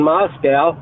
Moscow